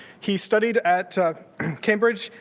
he studied at cambridge,